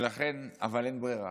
אבל אין ברירה,